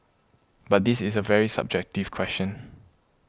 but this is a very subjective question